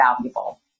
valuable